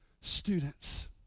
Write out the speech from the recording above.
students